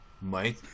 Mike